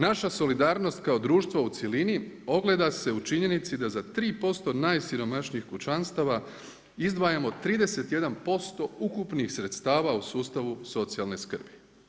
Naša solidarnost kao društvo u cjelini ogleda se u činjenici da za 3% najsiromašnijih kućanstava izdvajamo 31% ukupnih sredstava u sustavu socijalne skrbi.